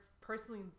personally